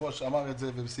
היושב-ראש אמר את זה וסיכם.